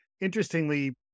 interestingly